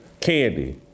Candy